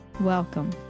Welcome